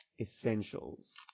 essentials